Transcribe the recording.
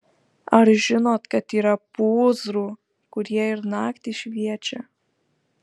ar žinot kad yra pūzrų kurie ir naktį šviečia